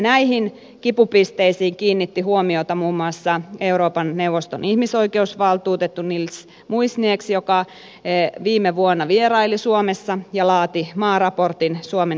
näihin kipupisteisiin kiinnitti huomiota muun muassa euroopan neuvoston ihmisoikeusvaltuutettu nils muizhnieks joka viime vuonna vieraili suomessa ja laati maaraportin suomen ihmisoikeustilanteesta